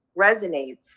resonates